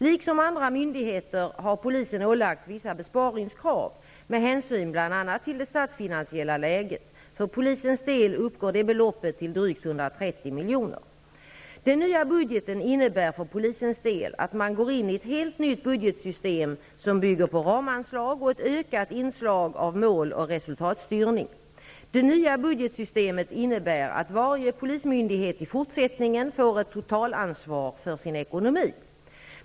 Liksom andra myndigheter har polisen ålagts vissa besparingskrav med hänsyn bl.a. till det statsfinansiella läget. För polisens del uppgår det beloppet till drygt 130 Den nya budgeten innebär för polisens del, att man går in i ett helt nytt budgetsystem som bygger på ramanslag och ett ökat inslag av mål och resultatstyrning. Det nya budgetsystemet innebär att varje polismyndighet i fortsättningen får ett totalansvar för sin ekonomi.